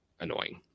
annoying